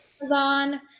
Amazon